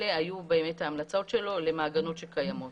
אלה היו באמת ההמלצות שלו למעגנות שקיימות.